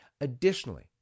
Additionally